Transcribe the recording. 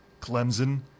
Clemson